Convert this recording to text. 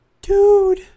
Dude